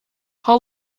how